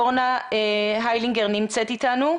אורנה היילינגר נמצאת איתנו.